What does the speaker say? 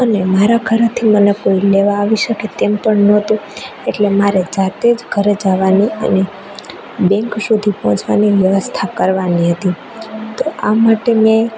અને મારા ઘરેથી મને કોઈ લેવા આવી શકે તેમ પણ નહોતું એટલે મારે જાતે જ ઘરે જવાનું અને બેંક સુધી પહોંચવાની વ્યવસ્થા કરવાની હતી તો આ માટે મેં